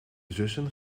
zussen